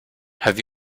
have